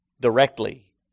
directly